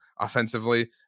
offensively